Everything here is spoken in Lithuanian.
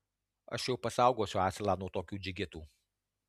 aš jau pasaugosiu asilą nuo tokių džigitų